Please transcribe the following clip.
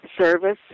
service